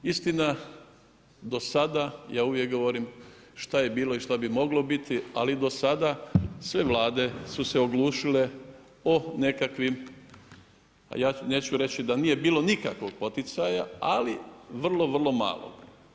Istina do sada ja uvijek govorim šta je bilo i šta bi moglo biti, ali do sada sve vlade su se oglušile o nekakvim, a ja neću reći da nije bilo nikakvog poticaja, ali vrlo, vrlo malo.